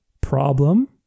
problem